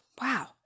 wow